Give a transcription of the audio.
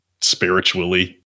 spiritually